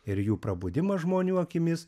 ir jų prabudimas žmonių akimis